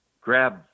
grab